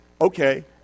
okay